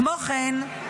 "כמו כן,